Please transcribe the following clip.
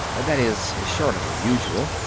that is, shorter than usual.